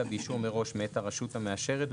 אלא באישור מראש מאת הרשות המאשרת,